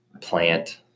plant